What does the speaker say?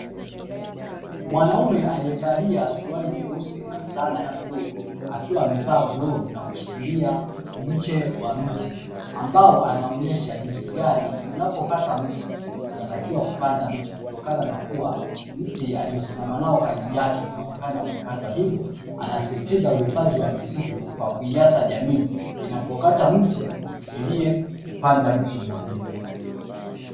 Mwanaume aliyevalia suluali nyeusi na furana ya bluu, akiwa amevaa grovu na kushikilia mche wa mti, ambao anaonyesha jinsi gani unapokata mti unatakiwa kupanda mti kutokana na kuwa mti aliosimama nao kalibu yake unaonekana umekatwa hivo, anasisitiza huifadhi wa misitu kwa kuihasa jamii inapo kata mti ifikilie kupanda mti mwingine.